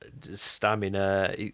stamina